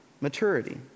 maturity